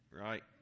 right